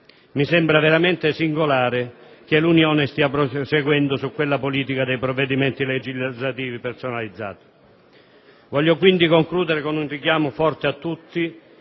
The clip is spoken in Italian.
mi sembra veramente singolare che l'Unione stia proseguendo con quella politica dei provvedimenti legislativi personalizzati. Voglio, quindi, concludere il mio intervento